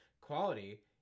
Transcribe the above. quality